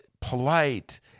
polite